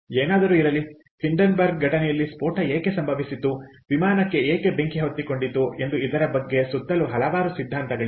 ಏನಾದರೂ ಇರಲಿ ಹಿಂಡೆನ್ಬರ್ಗ್ ಘಟನೆಯಲ್ಲಿ ಸ್ಫೋಟ ಏಕೆ ಸಂಭವಿಸಿತು ವಿಮಾನಕ್ಕೆ ಏಕೆ ಬೆಂಕಿ ಹೊತ್ತಿಕೊಂಡಿತು ಎಂದು ಇದರ ಸುತ್ತಲೂ ಹಲವಾರು ಸಿದ್ಧಾಂತಗಳಿವೆ